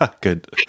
Good